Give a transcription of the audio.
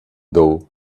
dough